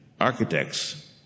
architects